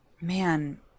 Man